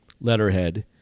letterhead